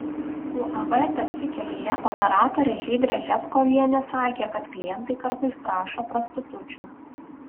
uab taksi kelyje operatorė žydrė ževkovienė sakė kad klientai kartais prašo prostitučių